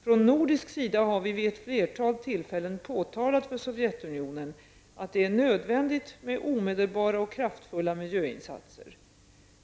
Från nordisk sida har vi vid ett flertal tillfällen påtalat för Sovjetunionen att det är nödvändigt med omedelbara och kraftfulla miljöinsatser.